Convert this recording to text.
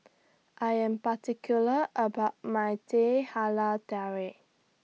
I Am particular about My Teh Halia Tarik